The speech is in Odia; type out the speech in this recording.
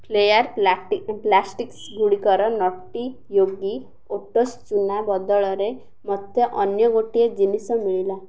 ଫ୍ଲେୟାର୍ ପ୍ଲାଷ୍ଟିକ୍ସ ଗୁଡ଼ିକର ନଟି ୟୋଗୀ ଓଟ୍ସ୍ ଚୁନା ବଦଳରେ ମୋତେ ଅନ୍ୟ ଗୋଟିଏ ଜିନିଷ ମିଳିଲା